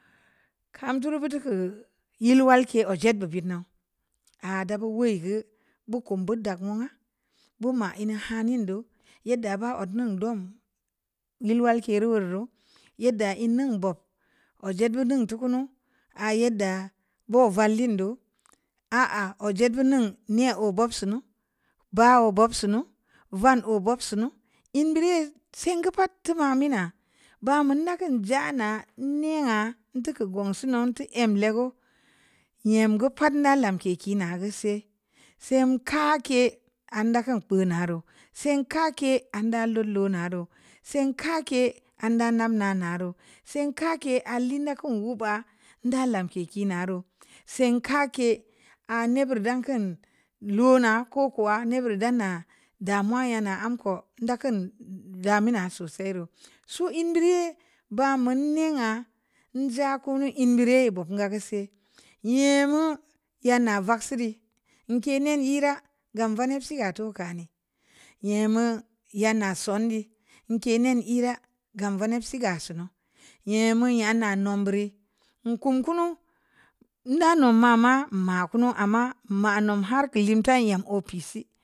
Kamdur vuduhu yilwalke ojedi binnaw adabau wegha bukun buda wang buma hi hanin du yada ba'adin ndwang hilwal keru'u rul yada lnin bob ojedi bunun tukunu ayadda bo valindu a'ah ojed venin niyo'o obobsunun bawu bobsunu van'o bob sunu lnin biri singapat tunamina bamu naga jana en-nenha ntuku gunsu nun ntuku emlego yimgo patna lamke kina ngise semkake amadakan ponaro semkake anda lolonaru semkake nda nanan naru semkake alin nakam wuba nda lamke kinaru, semkake anibar danka luna kokuwa nibir dan na damuwa yana anko dakan damina sosai ru ndiri bamuninga njakunu ndiri buguna lse yimu yana vak siri nkene yira gam vani sa tokani yemu yena sundi nkene nera gam vanib ga sunu yemu yana yombri kunkanu nda nu mama makunu amma manum har kulimtar yam ofise.